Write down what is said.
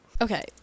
okay